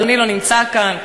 ואדוני לא נמצא כאן.